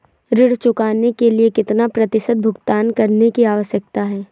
ऋण चुकाने के लिए कितना प्रतिशत भुगतान करने की आवश्यकता है?